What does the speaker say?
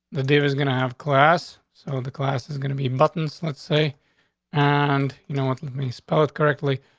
the dave is gonna have class. so the class is gonna be buttons, let's say and you know what? let me spell it correctly,